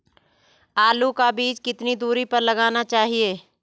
आलू का बीज कितनी दूरी पर लगाना चाहिए?